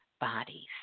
bodies